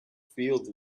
filled